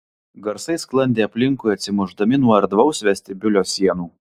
garsai sklandė aplinkui atsimušdami nuo erdvaus vestibiulio sienų